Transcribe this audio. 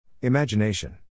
Imagination